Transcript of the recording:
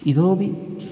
इतोपि